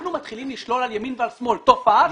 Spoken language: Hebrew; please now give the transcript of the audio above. אנחנו מתחילים לשלול על ימין ועל שמאל, תופעה.